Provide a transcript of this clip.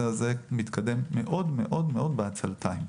מדובר בנושא שמתקדם בעצלתיים,